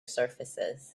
surfaces